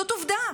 זאת עובדה.